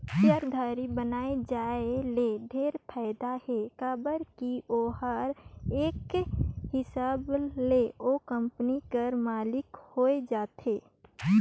सेयरधारी बइन जाये ले ढेरे फायदा हे काबर की ओहर एक हिसाब ले ओ कंपनी कर मालिक होए जाथे